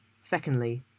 Secondly